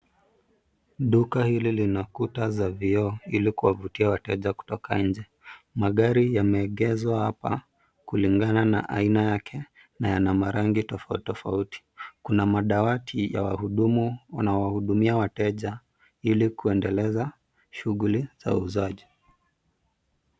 Duka hili lina kuta za vioo ili kuwavutia wateja kutoka nje. Magari yameegezwa hapa kulingana na aina yake na yana marangi tofauti tofauti. Kuna madawati ya wahudumu wanao wahudumia wateja ili kuendeleza shughuli za uuzaji.